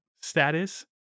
status